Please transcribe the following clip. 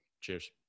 Cheers